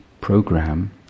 program